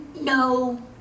no